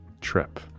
trip